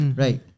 right